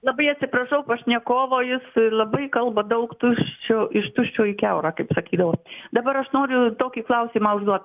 labai atsiprašau pašnekovo jis labai kalba daug tuščio iš tuščio į kiaurą kaip sakydavo dabar aš noriu tokį klausimą užduot